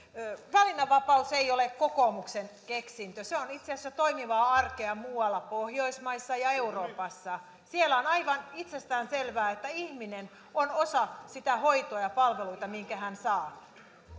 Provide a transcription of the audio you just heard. valinnanvapaus ei ole kokoomuksen keksintö se on itse asiassa toimivaa arkea muualla pohjoismaissa ja euroopassa siellä on aivan itsestäänselvää että ihminen on osa sitä hoitoa ja palveluita mitä hän saa